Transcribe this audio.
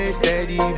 steady